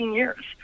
years